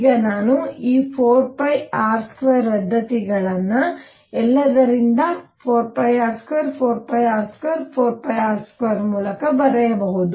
ಈಗ ನಾನು ಈ 4πr2 ರದ್ದತಿಗಳನ್ನು ಎಲ್ಲರಿಂದ 4πr24πr24πr2ಮೂಲಕ ಬರೆಯಬಹುದು